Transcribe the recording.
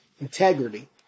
integrity